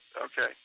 Okay